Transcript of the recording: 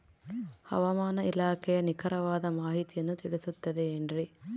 ಹವಮಾನ ಇಲಾಖೆಯ ನಿಖರವಾದ ಮಾಹಿತಿಯನ್ನ ತಿಳಿಸುತ್ತದೆ ಎನ್ರಿ?